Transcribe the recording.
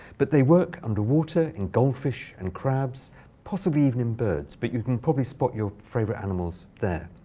but they work underwater in goldfish and crabs possibly even in birds. but you can probably spot your favorite animals there.